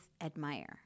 admire